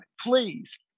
please